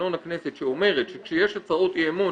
תקנון הכנסת שאומרת: כשיש הצעות אי אמון,